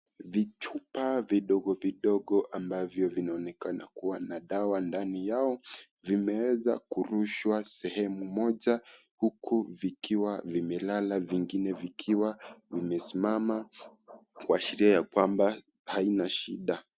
Vichupa vidogo vidogo ambavyo vinaonekana kuwa na dawa ndani yao vimeweza kurushwa sehemu moja huku vikiwa vimelala vingine vikiwa vimesimama kuashiria ya kwamba haina shida.